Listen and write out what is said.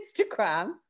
Instagram